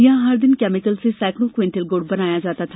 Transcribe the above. यहां हर दिन केमिकल से सेंकड़ो क्वींटल गुड़ बनाया जाता था